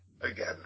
again